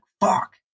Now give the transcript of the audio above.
fuck